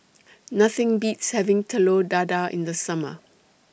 Nothing Beats having Telur Dadah in The Summer